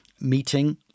meeting